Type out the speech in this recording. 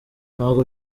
ntabwo